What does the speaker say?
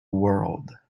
world